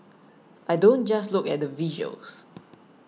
I don't just look at the visuals